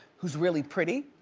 who's really pretty?